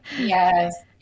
Yes